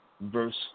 Verse